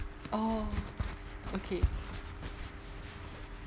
oh okay